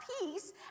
peace